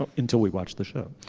um until we watch the show.